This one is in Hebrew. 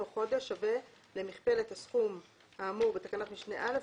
חודש שווה למכפלת הסכום האמור בתקנת משנה (א),